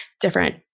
different